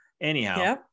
anyhow